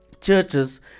churches